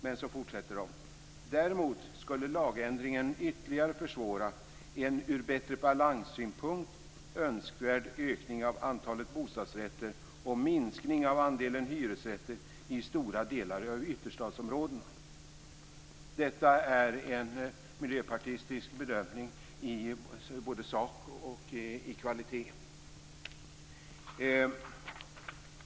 Men så fortsätter de: Däremot skulle lagändringen ytterligare försvåra en ur bättre balanssynpunkt önskvärd ökning av antalet bostadsrätter och minskning av andelen hyresrätter i stora delar av ytterstadsområdena. Detta är en miljöpartistisk bedömning i både sak och kvalitet.